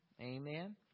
Amen